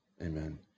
Amen